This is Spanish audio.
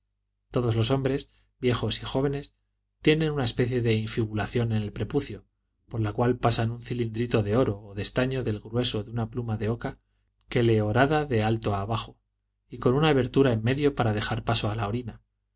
todos los hombres viejos y jóvenes tienen una especie de infibulación en el prepucio por la cual pasan un cilindrito de oro o de estaño del grueso de una pluma de oca que le horada de alto a bajo con una abertura en medio para dejar paso a la